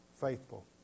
Faithful